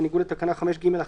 בניגוד לתקנה 5(ג1),